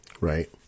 right